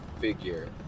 figure